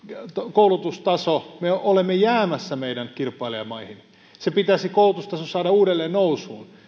koulutustaso suomessa me olemme jäämässä meidän kilpailijamaista koulutustaso pitäisi saada uudelleen nousuun